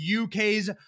UK's